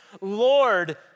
Lord